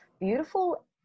beautiful